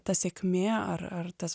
ta sėkmė ar ar tas